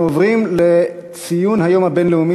אנחנו עוברים לציון היום הבין-לאומי